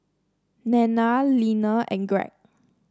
Nanna Linnea and Gregg